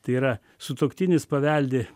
tai yra sutuoktinis paveldi